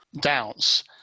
doubts